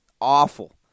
awful